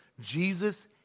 Jesus